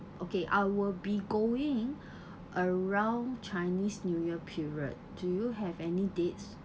okay I will be going around chinese new year period do you have any dates